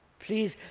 please,